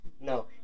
No